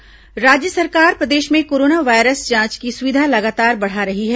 corona जांच राज्य सरकार प्रदेश में कोरोना वायरस जांच की सुविधा लगातार बढ़ा रही है